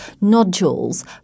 nodules